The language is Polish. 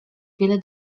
wiele